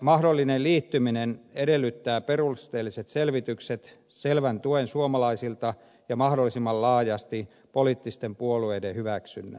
mahdollinen liittyminen edellyttää perusteelliset selvitykset selvän tuen suomalaisilta ja mahdollisimman laajasti poliittisten puolueiden hyväksynnän